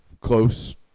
close